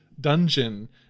dungeon